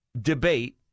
debate